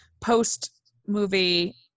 post-movie